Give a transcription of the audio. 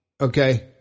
okay